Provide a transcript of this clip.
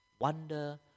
wonder